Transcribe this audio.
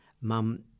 mum